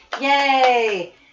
Yay